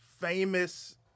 famous